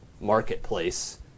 marketplace